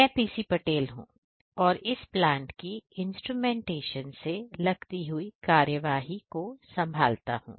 मैं पीसी पटेल हूं और इस प्लांट की इंस्ट्रूमेंटेशन से लगती हुई कार्यवाही को संभालता हूं